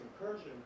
incursion